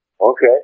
Okay